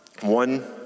One